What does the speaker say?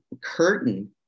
curtain